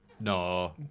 No